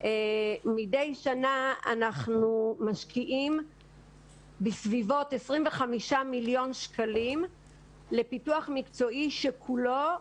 מדי שנה אנחנו משקיעים כ-25 מיליון שקלים בפיתוח מקצועי שכולו